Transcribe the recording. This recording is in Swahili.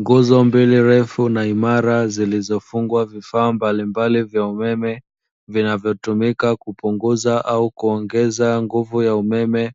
Nguzo mbili ndefu na imara zilizofungwa vifaa mbalimbali vya umeme vinavyotumika kupunguza au kuongeza nguvu ya umeme